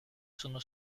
sono